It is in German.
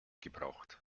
gebraucht